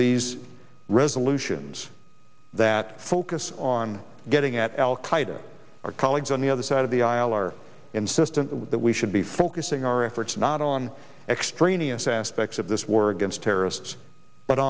these resolutions that focus on getting at al qaeda our colleagues on the other side of the aisle are insistent that we should be focusing our efforts not on extraneous aspects of this war against terrorists but